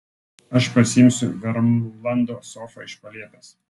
aš pasiimsiu vermlando sofą iš palėpės